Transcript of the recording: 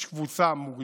יש קבוצה מוגדרת,